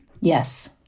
Yes